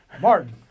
Martin